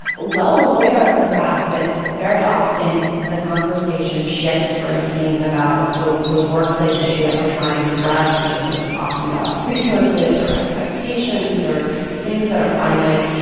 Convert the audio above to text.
well aware of the fact that very often the conversation shifts from being about the the workplace issue that we're trying to address, which is ah often about resources or expectations or things that are finite,